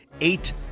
eight